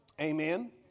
Amen